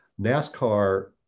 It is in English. NASCAR